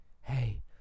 Hey